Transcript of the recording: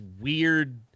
weird